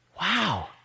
wow